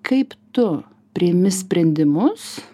kaip tu priimi sprendimus